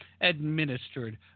administered